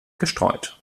gestreut